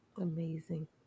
Amazing